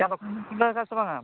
ᱪᱟ ᱫᱳᱠᱟᱱ ᱵᱤᱱ ᱠᱷᱩᱞᱟᱹᱣ ᱠᱟᱜᱼᱟ ᱥᱮ ᱵᱟᱝᱼᱟ